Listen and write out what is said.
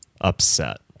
upset